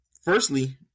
Firstly